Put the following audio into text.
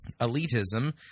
elitism